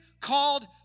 called